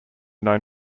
known